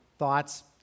thoughts